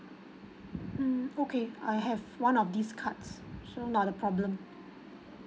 mm okay I have one of these cards so not a problem